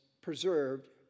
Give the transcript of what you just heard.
preserved